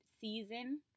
season